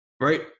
right